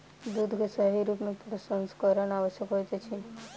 दूध के सही रूप में प्रसंस्करण आवश्यक होइत अछि